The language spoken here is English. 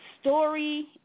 story